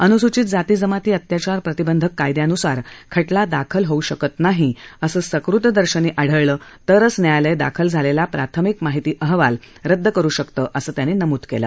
अनुसूचित जाती जमाती अत्याचार प्रतिबंधक कायद्यानुसार खटला दाखल होऊ शकत नाही असं सकृतदर्शनी आढळलं तरंच न्यायालय दाखल झालेला प्राथमिक माहिती अहवाल रद्द करू शकतं असं त्यांनी नमूद केलं